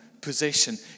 possession